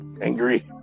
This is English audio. Angry